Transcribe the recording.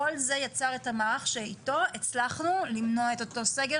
כל זה יצר את המערך שאיתו הצלחנו למנוע את אותו סגר